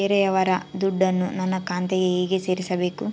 ಬೇರೆಯವರ ದುಡ್ಡನ್ನು ನನ್ನ ಖಾತೆಗೆ ಹೇಗೆ ಸೇರಿಸಬೇಕು?